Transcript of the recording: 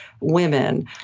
women